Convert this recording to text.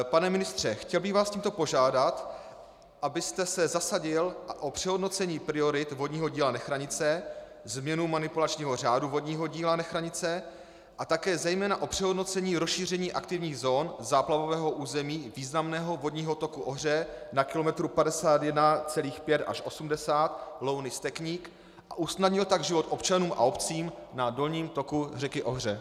Pane ministře, chtěl bych vás tímto požádat, abyste se zasadil o přehodnocení priorit vodního díla Nechranice, změnu manipulačního řádu vodního díla Nechranice a také zejména o přehodnocení rozšíření aktivních zón záplavového území významného vodního toku Ohře na kilometru 51,5 až 80 LounyStekník, a usnadnil tak život občanům a obcím na dolním toku řeky Ohře.